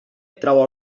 trau